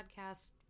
podcast